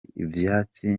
ivyatsi